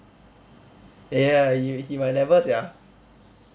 ya ya he he my level sia